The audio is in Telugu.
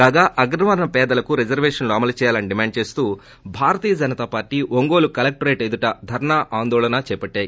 కాగా అగ్రవర్ణ పేదలకు రిజర్వేషన్లు అమలు చేయాలని డిమాండ్ చేస్తూ భారతీయ జనతా పార్టీ ఒంగోలు కలెక్టరేట్ ఎదుట ధర్పా ఆందోళన చేపట్టింది